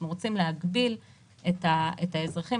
אנחנו רוצים להגביל את האזרחים.